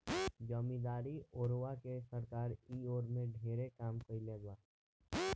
जमीदारी ओरवा के सरकार इ ओर में ढेरे काम कईले बिया